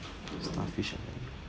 starfish avenue